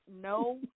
no